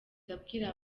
nabwira